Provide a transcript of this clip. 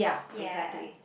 ya